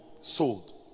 sold